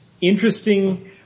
interesting